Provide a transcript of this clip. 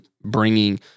bringing